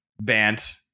Bant